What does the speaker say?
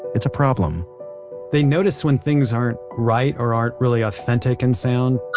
it's a problem they notice when things aren't right or aren't really authentic in sound,